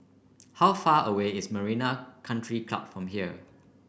how far away is Marina Country Club from here